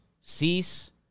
cease